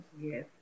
yes